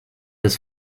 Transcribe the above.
des